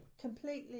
completely